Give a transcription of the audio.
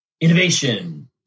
innovation